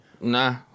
Nah